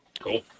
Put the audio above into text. cool